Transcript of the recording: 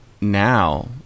now